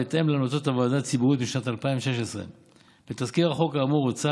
בהתאם להמלצות הוועדה הציבורית משנת 2016. בתזכיר החוק האמור הוצע